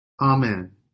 Amen